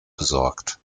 besorgt